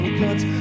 cuts